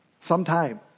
sometime